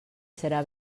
serà